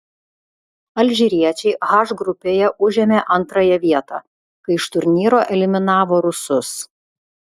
alžyriečiai h grupėje užėmė antrąją vietą kai iš turnyro eliminavo rusus